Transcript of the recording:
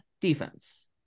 defense